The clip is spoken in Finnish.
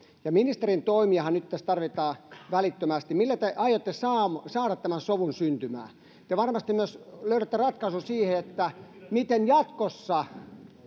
ja ministerin toimiahan nyt tässä tarvitaan välittömästi millä te aiotte saada sovun syntymään te varmasti myös löydätte ratkaisun siihen miten jatkossa